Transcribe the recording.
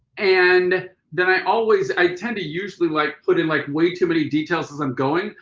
and then i always i tend to usually like put in like way too many details as i'm going.